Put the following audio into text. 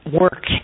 work